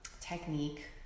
technique